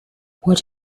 what